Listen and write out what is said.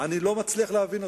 אני לא מצליח להבין אותו.